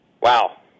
Wow